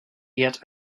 yet